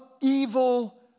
evil